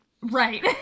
Right